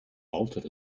bolted